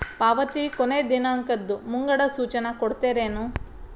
ಪಾವತಿ ಕೊನೆ ದಿನಾಂಕದ್ದು ಮುಂಗಡ ಸೂಚನಾ ಕೊಡ್ತೇರೇನು?